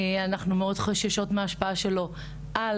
אנחנו מאוד חוששות מההשפעה שלו על